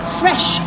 fresh